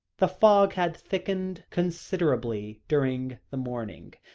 the fog had thickened considerably during the morning,